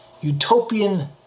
utopian